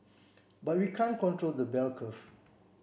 but we can't control the bell curve